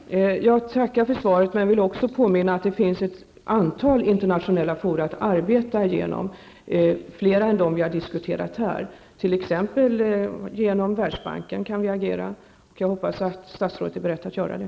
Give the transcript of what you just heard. Herr talman! Jag tackar för svaret, men jag vill också påminna om att det finns ett antal internationella fora att arbeta genom. Det finns flera än de som vi har diskuterat här. Vi kan t.ex. agera genom Världsbanken. Jag hoppas att statsrådet är beredd att göra det.